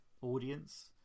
audience